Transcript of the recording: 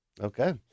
Okay